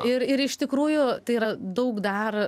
ir ir iš tikrųjų tai yra daug dar